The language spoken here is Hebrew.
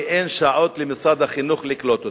כי אין שעות למשרד החינוך לקלוט אותם.